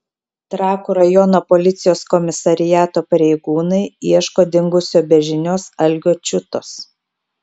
trakų rajono policijos komisariato pareigūnai ieško dingusio be žinios algio čiutos